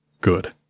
Good